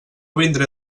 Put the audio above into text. vindré